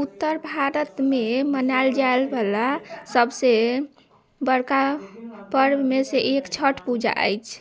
उत्तर भारत मे मनाओल जाय बला सभसे बड़का पर्ब मे से एक छठि पूजा अछि